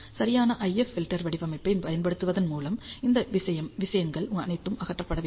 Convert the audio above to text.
சரியான IF filter வடிவமைப்பைப் பயன்படுத்துவதன் மூலம் இந்த விஷயங்கள் அனைத்தும் அகற்றப்பட வேண்டும்